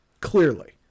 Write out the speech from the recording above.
Clearly